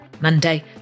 Monday